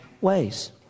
ways